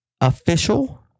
Official